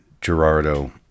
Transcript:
Gerardo